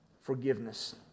forgiveness